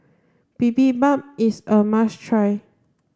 Bibimbap is a must try